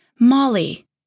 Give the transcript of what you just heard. Molly